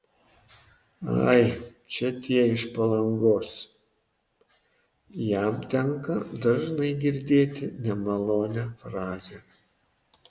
ai čia tie iš palangos jam tenka dažnai girdėti nemalonią frazę